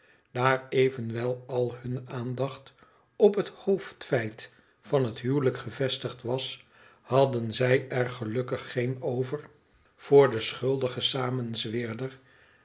daar evenwel al hunne aandacht op het hoofdfeit van het huwelijk gevestigd was hadden zij er gelukkig geen over voor den